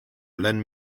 lend